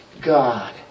God